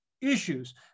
issues